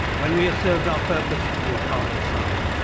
when we have served our purpose, we are cast aside.